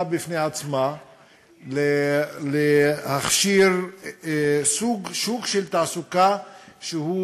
בפני עצמה להכשיר סוג שוק של תעסוקה שהוא,